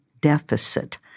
deficit